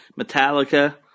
Metallica